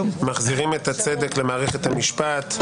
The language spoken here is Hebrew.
מחזירים את הצדק למערכת המשפט.